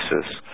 basis